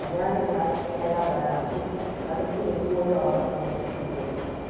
beyond snack Kerala banana chips அடுத்து எப்போது order செய்வதற்குக் கிடைக்கும்